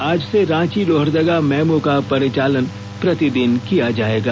आज से रांची लोहरदगा मैमू का परिचालन प्रतिदिन किया जाएगा